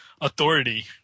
authority